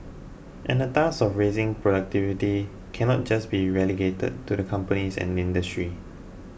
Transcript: and the task of raising productivity cannot just be relegated to the companies and industry